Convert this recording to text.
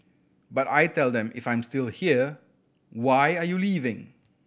but I tell them if I'm still here why are you leaving